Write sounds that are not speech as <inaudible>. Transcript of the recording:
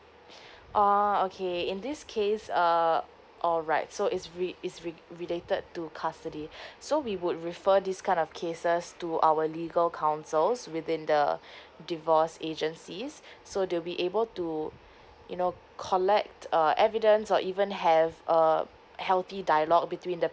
<breath> ah okay in this case err alright so it's re~ it's re~ related to custody <breath> so we would refer this kind of cases to our legal counsels within the <breath> divorce agencies so they'll be able to you know collect uh evidence or even have a healthy dialogue between the